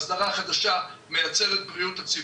ההסדרה החדשה מייצרת בריאות הציבור,